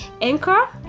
anchor